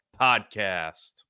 podcast